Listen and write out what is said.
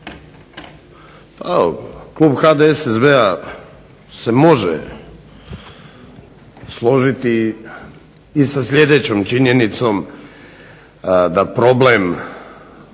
klub HDSSB-a se može složiti i sa sljedećom činjenicom da problem